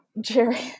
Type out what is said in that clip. Jerry